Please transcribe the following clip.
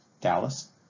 Dallas